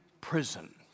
prison